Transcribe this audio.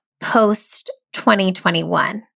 post-2021